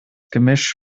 gemisch